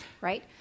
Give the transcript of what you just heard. right